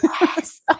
Yes